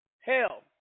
hell